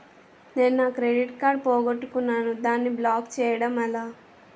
నేను నా credit card పోగొట్టుకున్నాను దానిని బ్లాక్ చేయడం ఎలా?